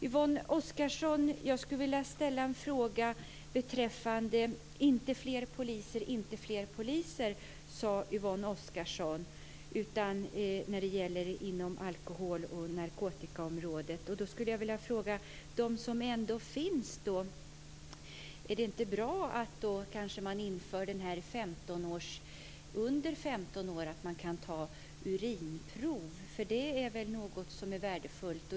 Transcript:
Jag vill ställa en fråga till Yvonne Oscarsson beträffande det hon sade om "inte fler poliser, inte fler poliser" på alkohol och narkotikaområdet: Är det inte bra att man inför urinprov för dem som är under 15 år? Det är väl något som är värdefullt?